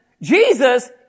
Jesus